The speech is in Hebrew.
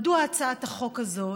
מדוע הצעת החוק הזו,